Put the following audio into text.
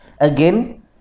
again